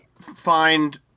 find